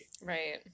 Right